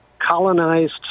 colonized